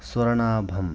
स्वर्णाभम्